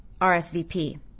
RSVP